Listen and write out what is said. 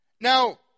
Now